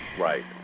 Right